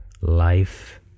life